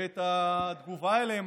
ואת התגובה אליהם,